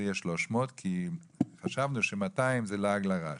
יהיה 300 כי חשבנו ש-200 זה לעג לרש.